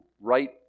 right